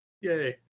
Yay